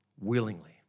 willingly